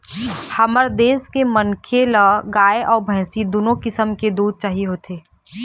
हमर देश के मनखे ल गाय अउ भइसी दुनो किसम के दूद चाही होथे